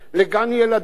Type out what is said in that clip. לגן-ילדים,